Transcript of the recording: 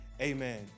amen